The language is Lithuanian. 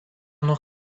nuo